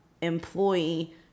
employee